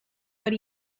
what